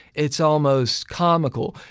it's almost comical.